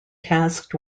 tasked